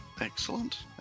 Excellent